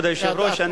כבוד היושב-ראש,